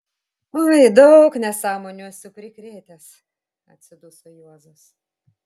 oi daug nesąmonių esu prikrėtęs atsiduso juozas